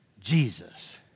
Jesus